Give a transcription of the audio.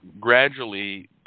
gradually